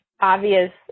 obvious